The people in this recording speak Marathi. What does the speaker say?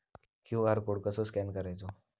क्यू.आर कोड कसो स्कॅन करायचो?